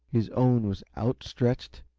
his own was outstretched,